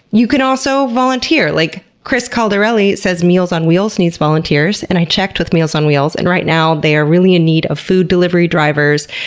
you can also volunteer! like chris caldarelli says meals on wheels needs volunteers. and i checked with meals on wheels and right now they are really in need of food delivery drivers,